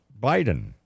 Biden